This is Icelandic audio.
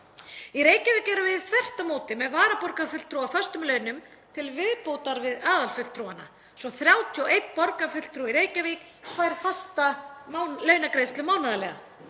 Í Reykjavík erum við þvert á móti með varaborgarfulltrúa á föstum launum til viðbótar við aðalfulltrúana, svo að 31 borgarfulltrúi í Reykjavík fær fasta launagreiðslu mánaðarlega.